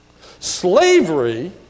Slavery